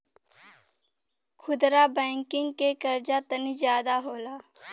खुदरा बैंकिंग के कर्जा तनी जादा होला